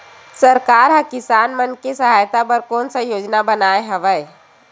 सरकार हा किसान मन के सहायता बर कोन सा योजना बनाए हवाये?